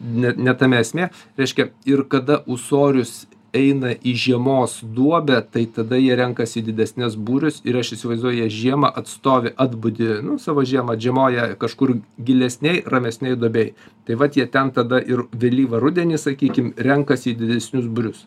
ne ne tame esmė reiškia ir kada ūsorius eina į žiemos duobę tai tada jie renkas į didesnes būrius ir aš įsivaizduoju jie žiemą atstovi atbudi nu savo žiemą atžiemoja kažkur gilesnėj ramesnėj duobėj tai vat jie ten tada ir vėlyvą rudenį sakykim renkasi į didesnius būrius